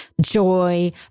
joy